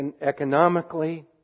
economically